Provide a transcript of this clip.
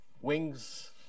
wings